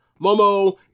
Momo